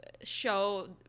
show